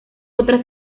otra